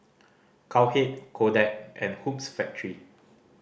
Cowhead Kodak and Hoops Factory